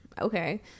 okay